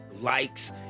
likes